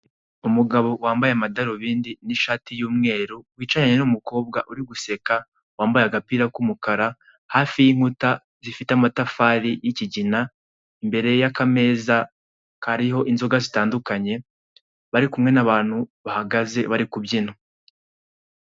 Umugabo wambaye amadarubindi n'ishati y'umweru, wicaranye n'umukobwa uri guseka, wambaye agapira k'umukara hafi y'inkuta zifite amatafari y'ikigina, imbere y'akameza kariho inzoga zitandukanye bari kumwe n'abantu bahagaze bari kubyina.